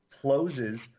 closes